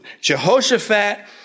Jehoshaphat